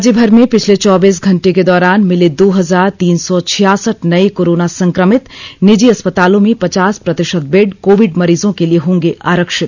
राज्यभर में पिछले चौबीस घंटे के दौरान मिले दो हजार तीन सौ छियासठ नए कोरोना संक्रमित निजी अस्पतालों में पचास प्रतिशत बेड कोविड मरीजों के लिए होंगे आरक्षित